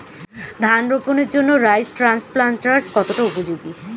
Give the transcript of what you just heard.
ধান রোপণের জন্য রাইস ট্রান্সপ্লান্টারস্ কতটা উপযোগী?